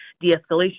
de-escalation